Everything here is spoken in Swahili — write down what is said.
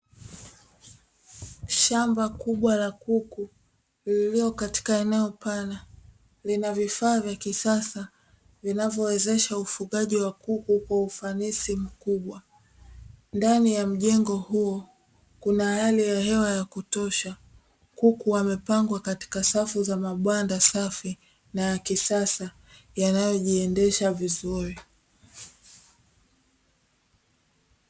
Shamba kubwa la kuku lililo katika eneo pana, lina vifaa vya kisaaa vinavyowezesha ufugaji wa kuku kwa ufanisi mkubwa. Ndani ya mjengo huo kuna hali ya hewa ya kutosha. Kuku wamepangwa katika safu za mabanda safi na ya kisasa yanayojiendesha vizuri.